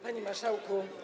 Panie Marszałku!